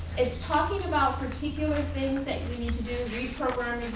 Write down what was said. it's talking about particular things that we need to do. read program